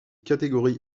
catégorie